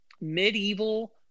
medieval